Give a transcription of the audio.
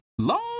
Long